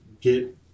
get